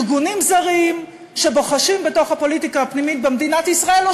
ארגונים זרים שבוחשים בתוך הפוליטיקה הפנימית במדינת ישראל או